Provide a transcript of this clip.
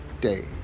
Day